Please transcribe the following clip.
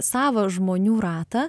savą žmonių ratą